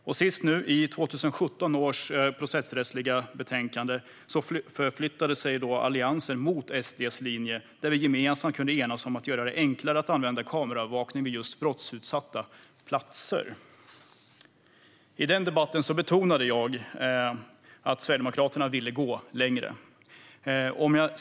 Nu senast i 2017 års processrättsliga betänkande förflyttade sig Alliansen närmare SD:s linje, och vi kunde gemensamt enas om att göra det enklare att använda kameraövervakning vid just brottsutsatta platser. I den debatten betonade jag dock att Sverigedemokraterna ville gå längre.